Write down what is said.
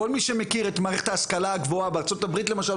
כל מי שמכיר את מערכת ההשכלה הגבוהה בארה"ב למשל,